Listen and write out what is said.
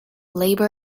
labor